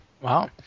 Wow